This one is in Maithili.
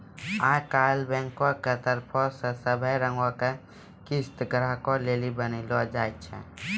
आई काल्हि बैंको के तरफो से सभै रंगो के किस्त ग्राहको लेली बनैलो जाय छै